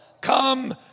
come